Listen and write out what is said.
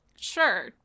Sure